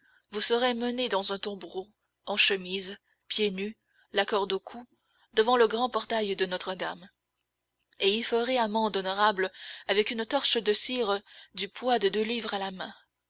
vous serez menée dans un tombereau en chemise pieds nus la corde au cou devant le grand portail de notre-dame et y ferez amende honorable avec une torche de cire du poids de deux livres à la main